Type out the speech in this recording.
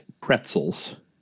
pretzels